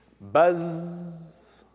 buzz